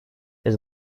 his